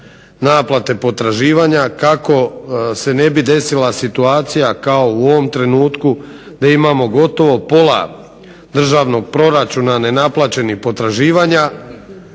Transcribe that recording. naplate potraživanja kako se ne bi desila situacija kao u ovom trenutku da imamo gotovo pola državnog proračuna nenaplaćenih potraživanja